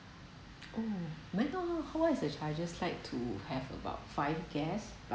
oh may I know how how what is the charges like to have about five guests